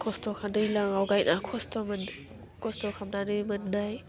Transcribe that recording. खस्थखा दैलाङाव गायना खस्थ' मोनो खस्थ' खालामनानै मोन्नाय